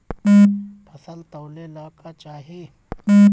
फसल तौले ला का चाही?